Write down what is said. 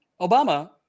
Obama